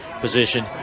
position